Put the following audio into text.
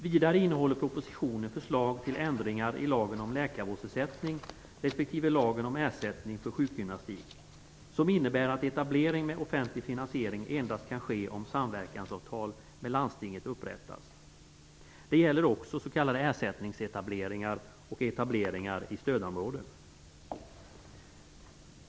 Vidare innehåller propositionen förslag till ändringar i lagen om läkarvårdsersättning respektive lagen om ersättning för sjukgymnastik vilka innebär att etablering med offentlig finansiering endast kan ske om samverkansavtal med landstinget upprättas. Detta gäller också ersättningsetableringar och etableringar i stödområden.